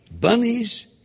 Bunnies